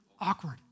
Awkward